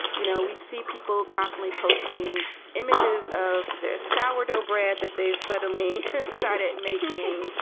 you know, we see people constantly posting images of their soured obrad that they've suddenly started making,